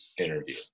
interview